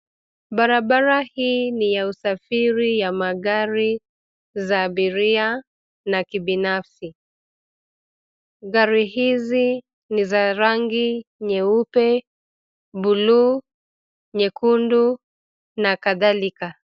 Brabara hii ni ya usafiri ya magari za abiria na kibinafsi. Gari hizi ni za rangi nyeupe, buluu, nyekundu na kadhalika.